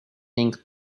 ning